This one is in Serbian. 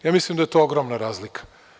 Ja mislim da je to ogromna razlika.